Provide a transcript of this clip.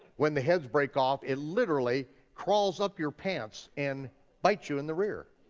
when the heads break off, it literally crawls up your pants and bites you in the rear.